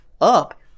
up